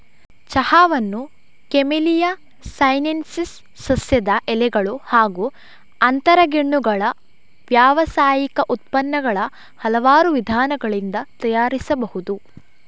ಚಹಾವನ್ನು ಕೆಮೆಲಿಯಾ ಸೈನೆನ್ಸಿಸ್ ಸಸ್ಯದ ಎಲೆಗಳು ಹಾಗೂ ಅಂತರಗೆಣ್ಣುಗಳ ವ್ಯಾವಸಾಯಿಕ ಉತ್ಪನ್ನಗಳ ಹಲವಾರು ವಿಧಾನಗಳಿಂದ ತಯಾರಿಸಬಹುದು